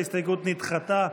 ההסתייגות נדחתה.